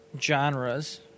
genres